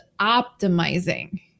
optimizing